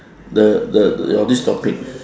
the the your this topic